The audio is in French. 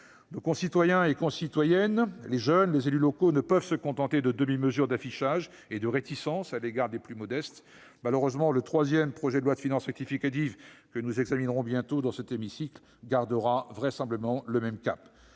Nos concitoyens et concitoyennes, les jeunes, les élus locaux ne peuvent se contenter de demi-mesures d'affichage et de réticences à l'égard des plus modestes. Malheureusement, le troisième projet de loi de finances rectificative, que nous examinerons bientôt dans cet hémicycle, conservera vraisemblablement le même cap.